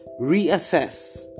Reassess